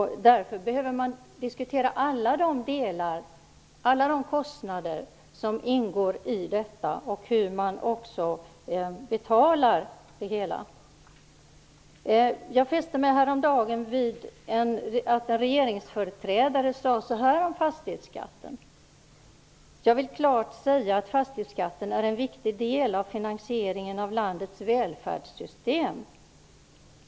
Därför behöver man diskutera alla de kostnader som ingår i detta och även hur man betalar det hela. Jag fäste mig vid att en regeringsföreträdare häromdagen sade så här om fastighetsskatten: Jag vill klart säga att fastighetsskatten är en viktig del av finansieringen av landets välfärdssystem.